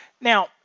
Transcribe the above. Now